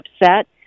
upset